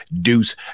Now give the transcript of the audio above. deuce